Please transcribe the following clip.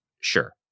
Sure